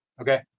Okay